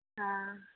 हँ